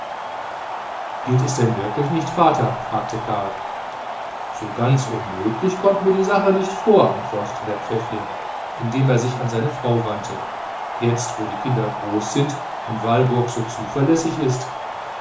geht es denn wirklich nicht vater fragte karl so ganz unmöglich kommt mir die sache nicht vor antwortete herr pfäffling indem er sich an seine frau wandte jetzt wo die kinder groß sind und walburg so zuverlässig ist